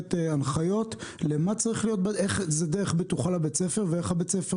לתת הנחיות איך זה דרך בטוחה לבית הספר ואיך בית הספר